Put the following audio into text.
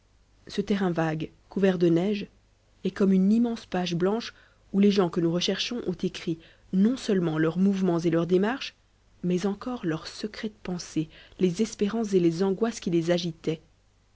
ce terrain vague couvert de neige est comme une immense page blanche où les gens que nous recherchons ont écrit non-seulement leurs mouvements et leurs démarches mais encore leurs secrètes pensées les espérances et les angoisses qui les agitaient